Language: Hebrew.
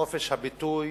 חופש הביטוי,